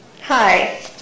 Hi